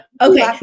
Okay